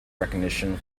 recognition